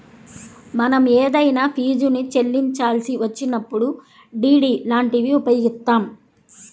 మనం ఏదైనా ఫీజుని చెల్లించాల్సి వచ్చినప్పుడు డి.డి లాంటివి ఉపయోగిత్తాం